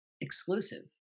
exclusive